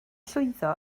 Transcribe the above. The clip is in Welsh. llwyddo